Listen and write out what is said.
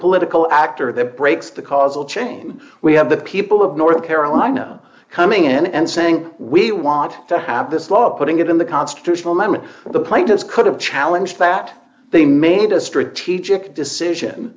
political actor that breaks the causal chain we have the people of north carolina coming in and saying we want to have this law putting it in the constitutional amendment the plaintiffs could have challenge that they made a strategic decision